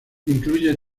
incluye